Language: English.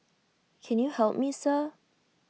can you help me sir